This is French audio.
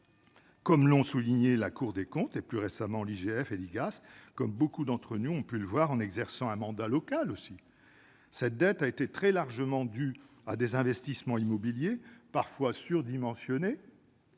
Comme l'ont souligné la Cour des comptes, puis, plus récemment, l'IGF et l'IGAS, comme beaucoup d'entre nous ont pu le voir en exerçant un mandat local, cette dette est très largement due à des investissements immobiliers surdimensionnés